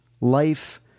life